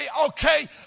okay